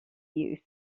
you